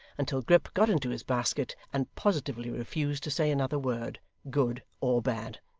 until grip got into his basket, and positively refused to say another word, good or bad.